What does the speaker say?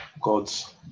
God's